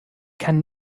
kann